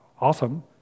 awesome